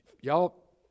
y'all